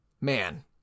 man